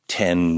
ten